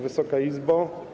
Wysoka Izbo!